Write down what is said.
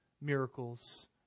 miracles